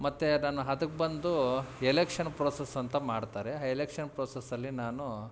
ಮತ್ತು ಅದನ್ನು ಅದಕ್ಕೆ ಬಂದೂ ಎಲೆಕ್ಷನ್ ಪ್ರೊಸೆಸ್ ಅಂತ ಮಾಡ್ತಾರೆ ಆ ಎಲೆಕ್ಷನ್ ಪ್ರೊಸೆಸ್ ಅಲ್ಲಿ ನಾನೂ